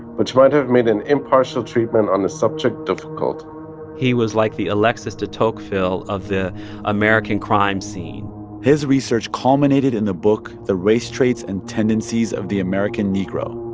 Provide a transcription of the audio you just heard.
which might have made an impartial treatment on the subject difficult he was like the alexis de tocqueville of the american crime scene his research culminated in the book the race traits and tendencies of the american negro,